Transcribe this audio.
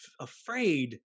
afraid